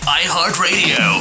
iHeartRadio